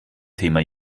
thema